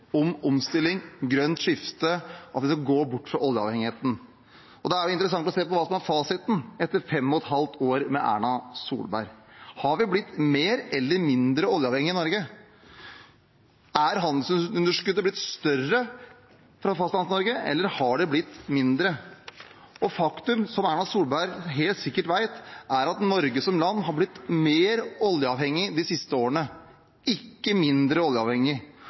om omstilling, grønt skifte og at vi skal gå bort fra oljeavhengigheten. Da er det interessant å se på fasiten etter fem og et halvt år med Erna Solberg. Har vi blitt mer eller mindre oljeavhengige i Norge? Er handelsunderskuddet blitt større fra Fastlands-Norge, eller har det blitt mindre? Faktum, som Erna Solberg helt sikkert vet, er at Norge som land har blitt mer oljeavhengig de siste årene – ikke mindre oljeavhengig.